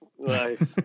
Nice